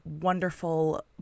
wonderful